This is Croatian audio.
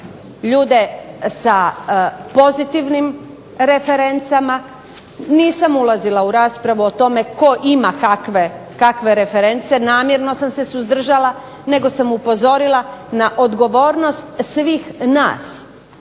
ljude sa pozitivnim referencama. Nisam ulazila u raspravu o tome tko ima kakve reference, namjerno sam se suzdržala, nego sam upozorila na odgovornost svih nas